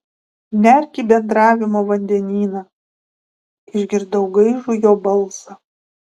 nerk į bendravimo vandenyną išgirdau gaižų jo balsą